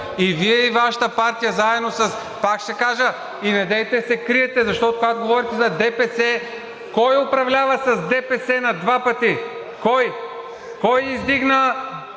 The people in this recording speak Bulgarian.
– Вие и Вашата партия заедно. Пак ще кажа: недейте да се криете. Защото, когато говорите за ДПС – кой управлява с ДПС на два пъти? Кой? Кой издигна